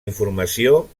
informació